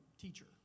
teacher